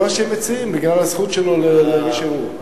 זה מה שהם מציעים, בגלל הזכות שלו להגיש ערעור.